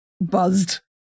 buzzed